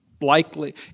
likely